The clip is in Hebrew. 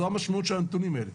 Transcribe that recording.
זו המשמעות של הנתונים האלה.